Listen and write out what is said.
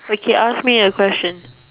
okay ask me a question